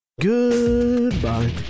Goodbye